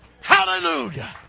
hallelujah